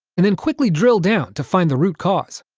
and then quickly drill down to find the root cause.